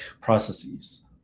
processes